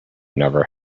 never